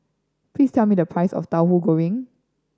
please tell me the price of Tahu Goreng